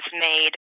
made